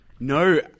No